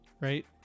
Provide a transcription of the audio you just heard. right